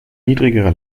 niedrigere